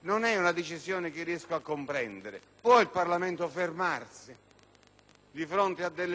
non è una decisione che riesco a comprendere. Può il Parlamento fermarsi di fronte a delle richieste?